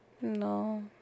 No